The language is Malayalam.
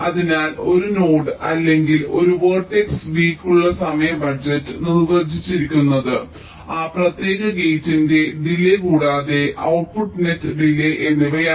അതിനാൽ ഒരു നോഡ് അല്ലെങ്കിൽ ഒരു വെർട്ടെക്സ് v യ്ക്കുള്ള സമയ ബജറ്റ് നിർവചിച്ചിരിക്കുന്നത് ആ പ്രത്യേക ഗേറ്റിന്റെ ഡിലേയ് കൂടാതെ ഔട്ട്പുട്ട് നെറ്റ് ഡിലേയ് എന്നിവയാണ്